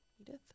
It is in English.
Edith